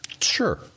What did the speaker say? Sure